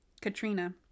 Katrina